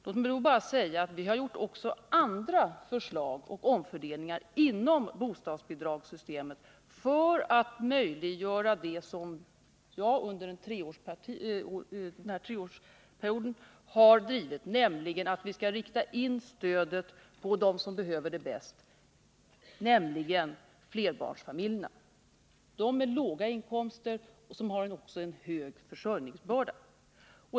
Låt mig då bara säga att vi har fört fram andra förslag och gjort omfördelningar inom bostadsbidragssystemets ram för att möjliggöra det som jag under den gångna treårsperioden har drivit, att vi skall rikta in stödet på dem som behöver det bäst, nämligen flerbarnsfamiljer med låga inkomster och stor försörjningsbörda.